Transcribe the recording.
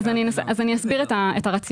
אז אני אסביר את הרציונל.